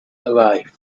arrived